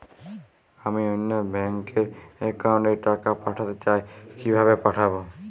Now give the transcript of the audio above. আমি অন্য ব্যাংক র অ্যাকাউন্ট এ টাকা পাঠাতে চাই কিভাবে পাঠাবো?